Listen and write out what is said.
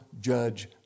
judge